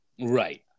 right